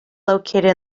located